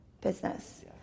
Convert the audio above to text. business